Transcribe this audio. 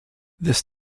this